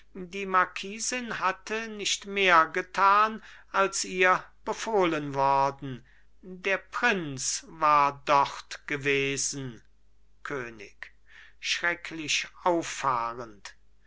die marquisin hatte nicht mehr getan als ihr befohlen worden der prinz war dort gewesen könig schrecklich auffahrend